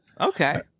Okay